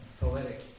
poetic